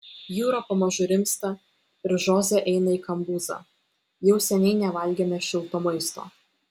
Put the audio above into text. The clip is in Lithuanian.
jūra pamažu rimsta ir žoze eina į kambuzą jau seniai nevalgėme šilto maisto